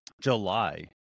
July